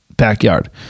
backyard